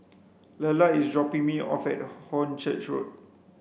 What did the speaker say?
Lelar is dropping me off at Hornchurch Road